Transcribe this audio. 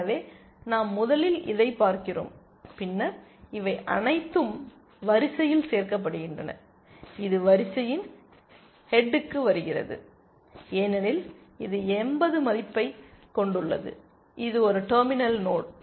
எனவே நாம் முதலில் இதைப் பார்க்கிறோம் பின்னர் இவை அனைத்தும் வரிசையில் சேர்க்கப்படுகின்றன இது வரிசையின் ஹெட்க்கு வருகிறது ஏனெனில் இது 80 மதிப்பைக் கொண்டுள்ளது இது ஒரு டெர்மினல் நோடு